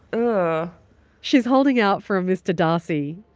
ah she's holding out for a mr. darcy.